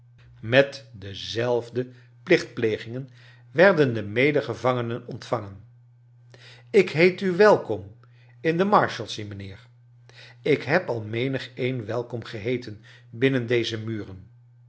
met dezelfde plichtplegingen werden de mede gevangenen ontvangen ik heet u welkom in de marshalsea mijnheer ik neb al menigeen welkom geheeten binnen deze muren